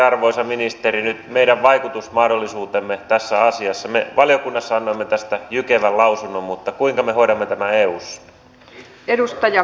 ja muistaakseni professori terttu utriainenkin tästä toi huolensa että ei tämä nyt ihan niin kuin tuulesta temmattu asia ole